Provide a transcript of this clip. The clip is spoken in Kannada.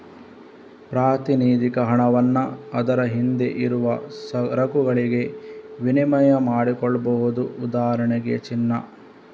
ಪ್ರಾತಿನಿಧಿಕ ಹಣವನ್ನ ಅದರ ಹಿಂದೆ ಇರುವ ಸರಕುಗಳಿಗೆ ವಿನಿಮಯ ಮಾಡಿಕೊಳ್ಬಹುದು ಉದಾಹರಣೆಗೆ ಚಿನ್ನ